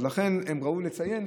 לכן זה ראוי לציון.